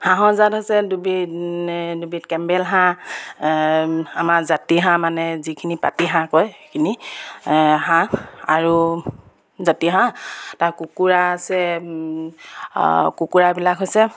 হাঁহৰ জাত হৈছে দুবিধ দুবিধ কেম্বল হাঁহ আমাৰ জাতি হাঁহ মানে যিখিনি পাতি হাঁহ কয় সেইখিনি হাঁহ আৰু জাতি হাঁহ তাৰ কুকুৰা আছে কুকুৰাবিলাক হৈছে